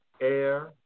air